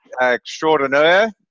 extraordinaire